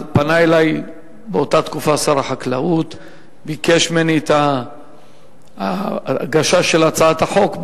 באותה תקופה פנה אלי שר החקלאות וביקש ממני את הגשת הצעת החוק,